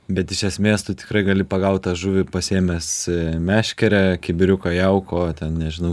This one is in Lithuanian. bet iš esmės tu tikrai gali pagaut tą žuvį pasiėmęs meškerę kibiriuką jauko ten nežinau